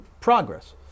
progress